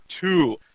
two